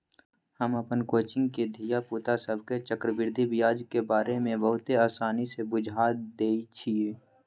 हम अप्पन कोचिंग के धिया पुता सभके चक्रवृद्धि ब्याज के बारे में बहुते आसानी से बुझा देइछियइ